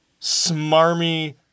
smarmy